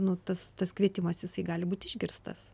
nu tas tas kvietimas jisai gali būti išgirstas